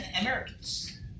Americans